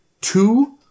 two